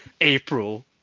April